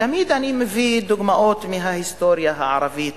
תמיד אני מביא דוגמאות מההיסטוריה הערבית